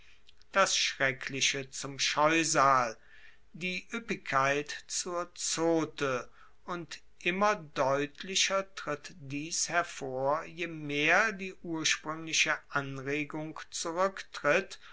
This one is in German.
das schreckliche zum scheusal die ueppigkeit zur zote und immer deutlicher tritt dies hervor je mehr die urspruengliche anregung zuruecktritt